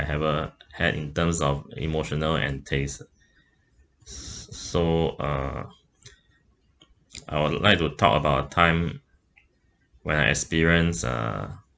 I've ever had in terms of emotional and tastes s~ so uh I would like to talk about a time when I experience uh